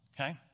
okay